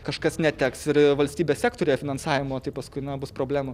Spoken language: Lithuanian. kažkas neteks ir valstybės sektoriuje finansavimo tai paskui na bus problemų